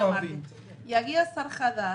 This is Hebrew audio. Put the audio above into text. יגיע שר חדש,